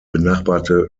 benachbarte